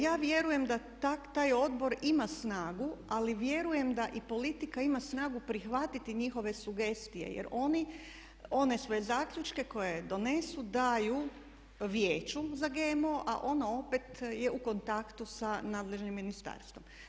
Ja vjerujem da taj odbor ima snagu ali vjerujem i da politika ima snagu prihvatiti njihove sugestije jer oni one svoje zaključke koje donesu daju Vijeću za GMO, a ono opet je u kontaktu sa nadležnim ministarstvom.